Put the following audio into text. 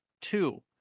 two